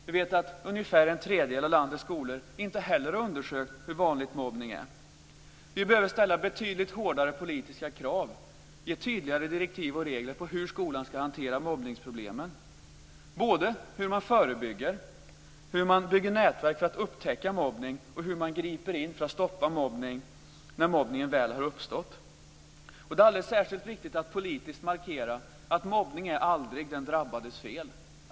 Vi vet att ungefär en tredjedel av landets skolor inte heller har undersökt hur vanligt det är med mobbning. Vi behöver ställa betydligt hårdare politiska krav, ge tydligare direktiv och regler när det gäller hur skolan ska hantera mobbningsproblemen, hur man förebygger mobbning, hur man bygger nätverk för att upptäcka mobbning och hur man griper in för att stoppa mobbning när den väl har uppstått. Det är alldeles särskilt viktigt att politiskt markera att mobbning aldrig är den drabbades fel.